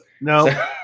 no